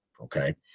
okay